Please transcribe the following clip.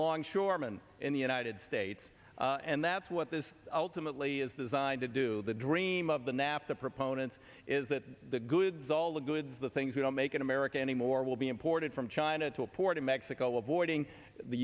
longshoreman in the united states and that's what this ultimately is designed to do the dream of the nafta proponents is that the goods all the goods the things we don't make in america anymore will be imported from china to a port in mexico avoiding the